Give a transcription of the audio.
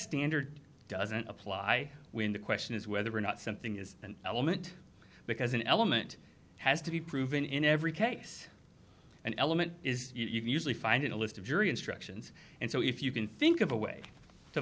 standard doesn't apply when the question is whether or not something is an element because an element has to be proven in every case an element you can usually find in a list of jury instructions and so if you can think of a way to